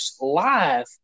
live